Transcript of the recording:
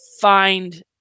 find